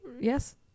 Yes